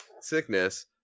sickness